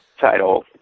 title